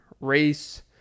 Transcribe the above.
race